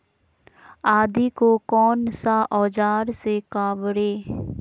आदि को कौन सा औजार से काबरे?